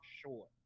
sure